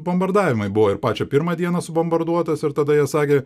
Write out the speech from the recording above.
bombardavimai buvo ir pačią pirmą dieną subombarduotas ir tada jie sakė